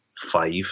Five